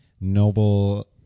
Noble